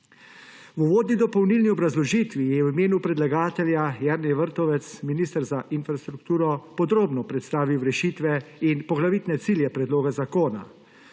V uvodni dopolnilni obrazložitvi je v imenu predlagatelja Jernej Vrtovec minister za infrastrukturo podrobno predstavil rešitve in poglavitne cilje predloga zakona.